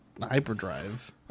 hyperdrive